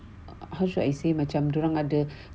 how should I say macam dia orang ada